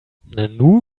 nanu